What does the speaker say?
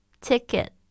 Ticket